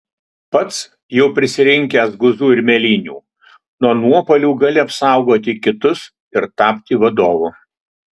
pats jau prisirinkęs guzų ir mėlynių nuo nuopuolių gali apsaugoti kitus ir tapti vadovu